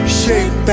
shape